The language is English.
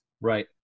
Right